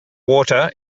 water